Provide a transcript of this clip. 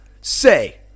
Say